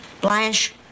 Blanche